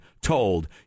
told